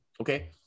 okay